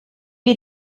wir